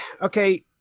Okay